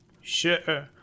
Sure